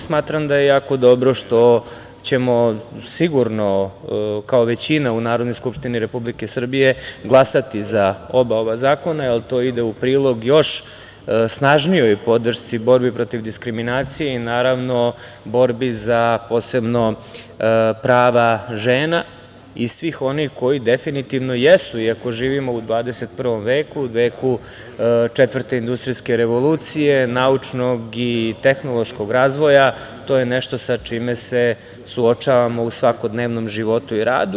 Smatram da je jako dobro što ćemo sigurno kao većina u Narodnoj skupštini Republike Srbije glasati za oba ova zakona, ali to ide u prilog još snažnijoj podršci, borbi protiv diskriminacije i naravno borbi za posebno prava žena i svih onih koji definitivno jesu, iako živimo u 21 veku, veku četvrte industrijske revolucije, naučnog i tehnološkog razvoja, to je nešto sa čime se suočavamo u svakodnevnom životu i radu.